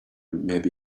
maybe